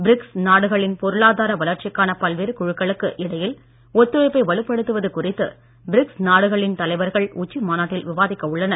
BRICS நாடுகளின் பொருளாதார வளர்ச்சிக்கான பல்வேறு குழுக்களுக்கு இடையில் ஒத்துழைப்பை வலுப்படுத்தவது குறித்து பிரிக்ஸ் நாடுகளின் தலைவர்கள் உச்சிமாநாட்டில் விவாதிக்க உள்ளனர்